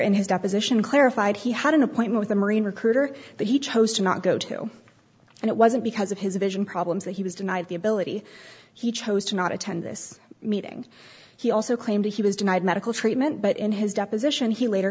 in his deposition clarified he had an appointment with a marine recruiter that he chose to not go to and it wasn't because of his vision problems that he was denied the ability he chose to not attend this meeting he also claimed he was denied medical treatment but in his deposition he later